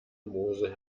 mosel